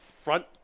front